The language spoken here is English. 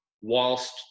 whilst